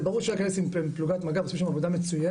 זה ברור שלהכנס עם פלוגת מג"ב הם עושים שם עבודה מצויינת,